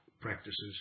practices